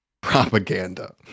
propaganda